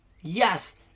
Yes